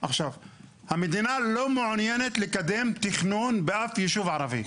המדינה לא מעוניינת לקדם תכנון באף יישוב ערבי.